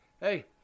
hey